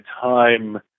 time